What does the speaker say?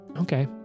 Okay